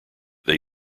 they